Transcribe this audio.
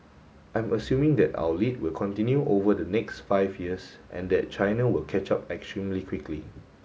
I'm assuming that our lead will continue over the next five years and that China will catch up extremely quickly